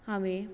हांवें